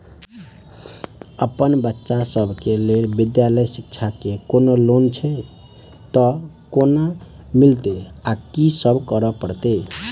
अप्पन बच्चा सब केँ लैल विधालय शिक्षा केँ कोनों लोन छैय तऽ कोना मिलतय आ की सब करै पड़तय